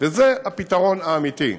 וזה הפתרון האמיתי,